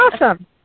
Awesome